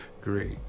great